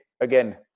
again